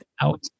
out